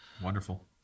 wonderful